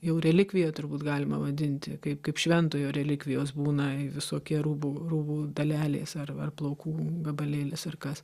jau relikvija turbūt galima vadinti kaip kaip šventojo relikvijos būna visokie rūbų rūbų dalelės ar ar plaukų gabalėlis ir kas